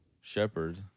shepherd